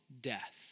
death